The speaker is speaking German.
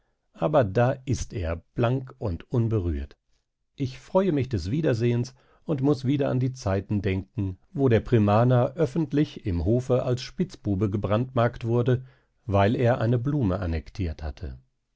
aber da ist er blank und unberührt ich freue mich des wiedersehens und muß wieder an die zeiten denken wo der primaner öffentlich im hofe als spitzbube gebrandmarkt wurde weil er eine blume annektiert hatte